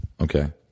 okay